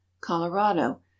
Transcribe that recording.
Colorado